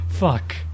Fuck